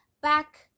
back